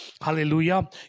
hallelujah